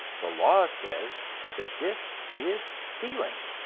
the law says that this is stealing,